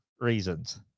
reasons